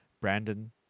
Brandon